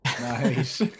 Nice